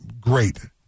great